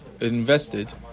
invested